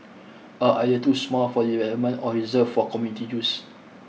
are either too small for development or reserved for community use